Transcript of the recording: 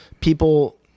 people